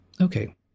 okay